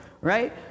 right